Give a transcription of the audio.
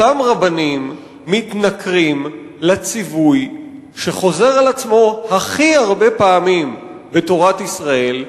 אותם רבנים מתנכרים לציווי שחוזר על עצמו הכי הרבה פעמים בתורת ישראל,